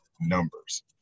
numbers